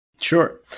Sure